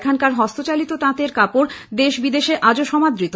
এখানকার হস্তচালিত তাঁতের কাপড় দেশে বিদেশে আজও সমাদৃত